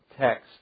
text